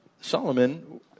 Solomon